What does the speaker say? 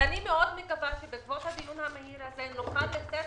אני מאוד מקווה שבעקבות הדיון המהיר הזה נוכל לצאת